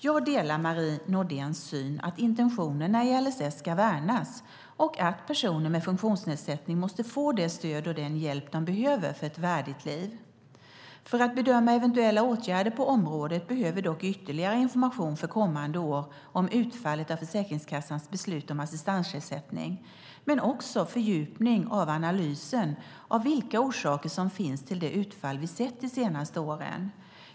Jag delar Marie Nordéns syn att intentionerna i LSS ska värnas och att personer med funktionsnedsättning måste få det stöd och den hjälp de behöver för ett värdigt liv. För att bedöma eventuella åtgärder på området behövs dock ytterligare information för kommande år om utfallet av Försäkringskassans beslut om assistansersättning men också fördjupning av analysen av vilka orsaker som finns till det utfall vi sett de senaste åren.